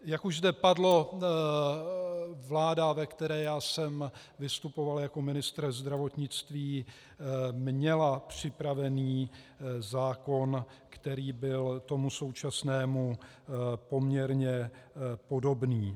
Jak už zde padlo, vláda, ve které já jsem vystupoval jako ministr zdravotnictví, měla připravený zákon, který byl tomu současnému poměrně podobný.